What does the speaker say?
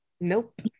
Nope